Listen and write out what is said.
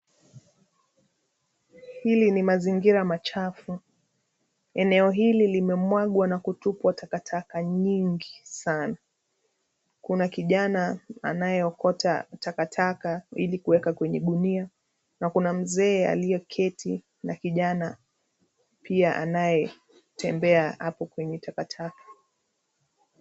Hili ni mazingira machafu, eneo hili limemwagwa na kutupwa takataka nyingi sana, kuna kijana anayeokota takataka ilikuweka kwenye gunia, na kuna mzee aliyeketi na kijana, pia anayetembea hapo kwenye takataka.